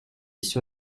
sur